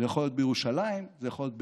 זה יכול להיות בירושלים, זה יכול להיות בטמרה.